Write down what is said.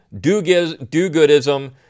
do-goodism